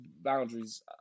boundaries